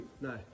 No